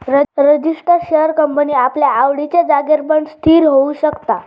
register share company आपल्या आवडिच्या जागेर पण स्थिर होऊ शकता